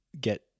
get